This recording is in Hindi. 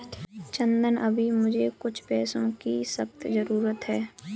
चंदन अभी मुझे कुछ पैसों की सख्त जरूरत है